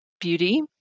beauty